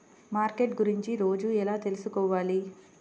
Market గురించి రోజు ఎలా తెలుసుకోవాలి?